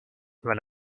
when